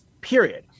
period